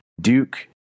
Duke